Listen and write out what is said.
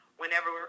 whenever